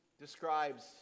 describes